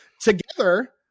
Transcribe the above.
together